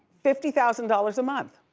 fifty thousand dollars a month.